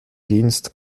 dienst